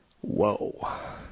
Whoa